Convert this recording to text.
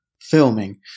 filming